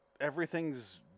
everything's